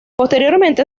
posteriormente